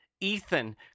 Ethan